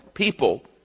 people